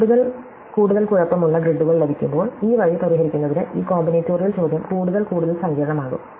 കൂടുതൽ കൂടുതൽ കുഴപ്പമുള്ള ഗ്രിഡുകൾ ലഭിക്കുമ്പോൾ ഈ വഴി പരിഹരിക്കുന്നതിന് ഈ കോമ്പിനേറ്റോറിയൽ ചോദ്യം കൂടുതൽ കൂടുതൽ സങ്കീർണ്ണമാകും